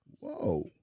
Whoa